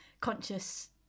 conscious